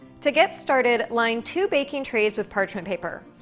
to get started, line two baking trays with parchment paper.